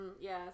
Yes